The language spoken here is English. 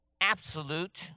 absolute